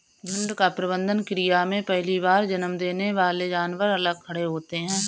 झुंड का प्रबंधन क्रिया में पहली बार जन्म देने वाले जानवर अलग खड़े होते हैं